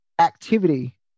activity